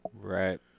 Right